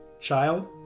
child